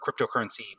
cryptocurrency